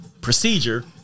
procedure